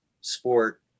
sport